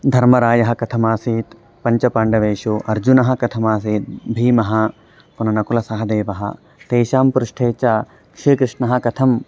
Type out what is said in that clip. धर्मरायः कथमासीत् पञ्चपाण्डवेषु अर्जुनः कथमासीत् भीमः पुनः नकुलः सहदेवः तेषां पृष्ठे च श्रीकृष्णः कथं